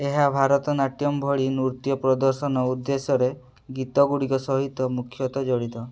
ଏହା ଭାରତନାଟ୍ୟମ୍ ଭଳି ନୃତ୍ୟ ପ୍ରଦର୍ଶନ ଉଦ୍ଦେଶ୍ୟରେ ଗୀତଗୁଡ଼ିକ ସହିତ ମୁଖ୍ୟତଃ ଜଡ଼ିତ